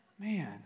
Man